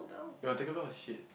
you've taken a lot of shit